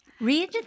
Read